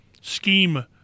scheme